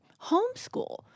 homeschool